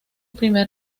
primer